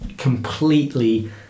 Completely